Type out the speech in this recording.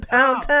Pound